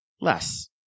Less